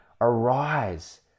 Arise